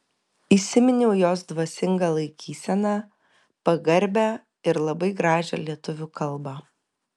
įsiminiau jos dvasingą laikyseną pagarbią ir labai gražią lietuvių kalbą